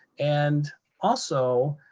and also,